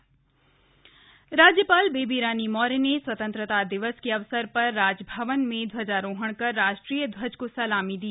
स्वतंत्रता दिवस देहरादून राज्यपाल बेबी रानी मौर्य ने स्वतंत्रता दिवस के अवसर पर राजभवन में ध्वज आरोहण कर राष्ट्रीय ध्वज को सलामी दी